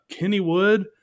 Kennywood